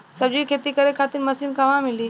सब्जी के खेती करे खातिर मशीन कहवा मिली?